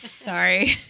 sorry